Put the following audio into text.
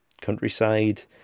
countryside